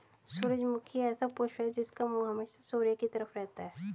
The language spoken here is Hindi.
सूरजमुखी ऐसा पुष्प है जिसका मुंह हमेशा सूर्य की तरफ रहता है